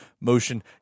Motion